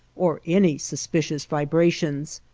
or any suspicious vibrations,